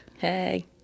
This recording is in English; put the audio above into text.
Hey